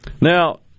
Now